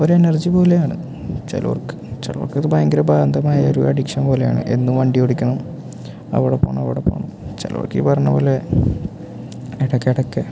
ഒരു എനർജി പോലെയാണ് ചിലവർക്ക് ചിലവർക്ക് അത് ഭയങ്കര ഭ്രാന്തമായ ഒരു അഡിക്ഷൻ പോലെ ആണ് എന്നും വണ്ടിയോടിക്കണം അവിടെ പോകണം ഇവിടെ പോകണം ചിലവർക്ക് ഈ പറഞ്ഞ പോലെ ഇടക്കിടയ്ക്ക്